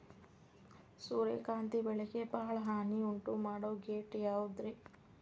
ಸೂರ್ಯಕಾಂತಿ ಬೆಳೆಗೆ ಭಾಳ ಹಾನಿ ಉಂಟು ಮಾಡೋ ಕೇಟ ಯಾವುದ್ರೇ?